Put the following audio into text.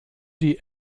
die